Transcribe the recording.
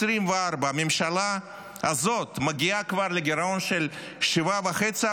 הממשלה הזאת מגיעה כבר לגירעון של 7.5%,